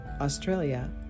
Australia